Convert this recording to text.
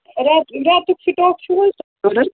رٮ۪تہٕ رٮ۪تُک سِٹاک چھُو حظ اَہَن حظ